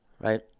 right